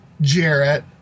Jarrett